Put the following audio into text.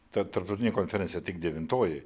ta tarptautinė konferencija tik devintoji